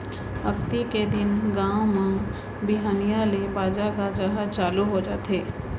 अक्ती के दिन गाँव म बिहनिया ले बाजा गाजा ह चालू हो जाथे